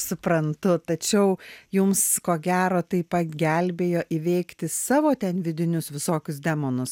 suprantu tačiau jums ko gero tai pagelbėjo įveikti savo ten vidinius visokius demonus